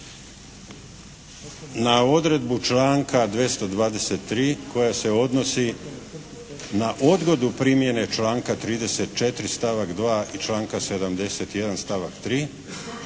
Na odredbu članka 223. koja se odnosi na odgodu primjene članka 34. stavak 2. i članka 71. stavak 3.